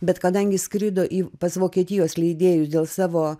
bet kadangi skrido į pas vokietijos leidėjus dėl savo